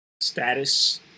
status